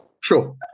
Sure